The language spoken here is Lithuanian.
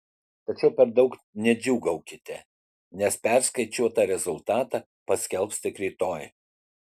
tačiau per daug nedžiūgaukite nes perskaičiuotą rezultatą paskelbs tik rytoj